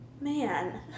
man